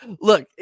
look